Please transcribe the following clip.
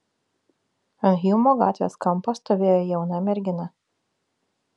ant hjumo gatvės kampo stovėjo jauna mergina